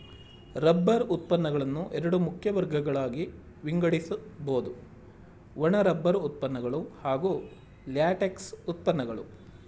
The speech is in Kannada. ರಬ್ಬರ್ ಉತ್ಪನ್ನಗಳನ್ನು ಎರಡು ಮುಖ್ಯ ವರ್ಗಗಳಾಗಿ ವಿಂಗಡಿಸ್ಬೋದು ಒಣ ರಬ್ಬರ್ ಉತ್ಪನ್ನಗಳು ಹಾಗೂ ಲ್ಯಾಟೆಕ್ಸ್ ಉತ್ಪನ್ನಗಳು